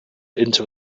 into